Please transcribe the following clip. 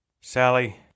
Sally